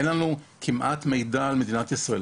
אין לנו כמעט מידע על מדינת ישראל,